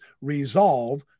resolve